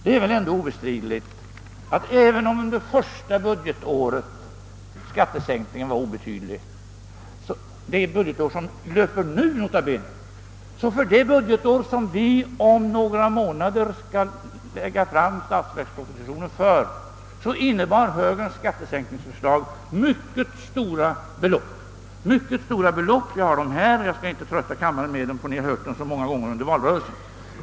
Det är väl ändå obestridligt att även om under det budgetår som nu löper skattesänkningen var obetydlig, så innebar högerns skattesänkningsförslag mycket stora belopp när det gäller den statsverksproposition som om några månader skall framläggas. Jag skall inte trötta kammaren med att läsa upp siffrorna; ni har hört dem så många gånger under valrörelsen.